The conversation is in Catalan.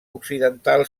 occidental